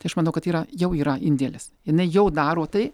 tai aš manau kad yra jau yra indėlis jinai jau daro tai